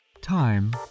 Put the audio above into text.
Time